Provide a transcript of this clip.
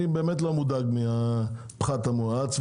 אני לא מודאג מהפחת המואץ,